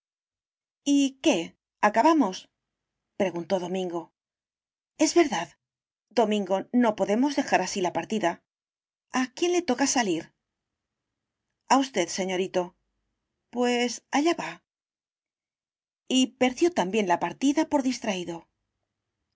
y qué acabamos preguntó domingo es verdad domingo no podemos dejar así la partida a quién le toca salir a usted señorito pues allá va y perdió también la partida por distraído